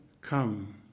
come